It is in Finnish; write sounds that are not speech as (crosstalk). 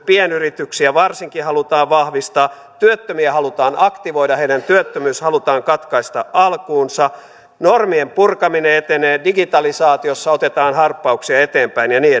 pienyrityksiä varsinkin halutaan vahvistaa työttömiä halutaan aktivoida heidän työttömyytensä halutaan katkaista alkuunsa normien purkaminen etenee digitalisaatiossa otetaan harppauksia eteenpäin ja niin (unintelligible)